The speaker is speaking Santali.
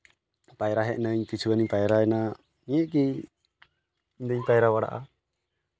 ᱯᱟᱭᱨᱟ ᱦᱮᱡ ᱱᱟᱹᱧ ᱠᱤᱪᱷᱩ ᱜᱟᱱᱤᱧ ᱯᱟᱭᱨᱟᱭᱮᱱᱟ ᱱᱤᱭᱟᱹᱜᱮ ᱤᱧᱫᱚᱧ ᱯᱟᱭᱨᱟ ᱵᱟᱲᱟᱜᱼᱟ